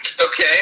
okay